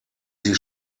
sie